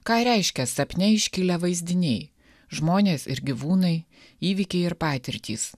ką reiškia sapne iškilę vaizdiniai žmonės ir gyvūnai įvykiai ir patirtys